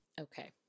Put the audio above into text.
okay